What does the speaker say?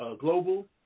Global